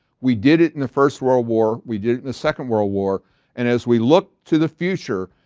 we did it in the first world war. we did it in the second world war and as we look to the future,